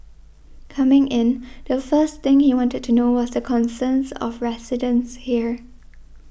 coming in the first thing he wanted to know was the concerns of residents here